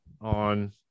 on